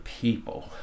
people